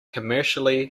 commercially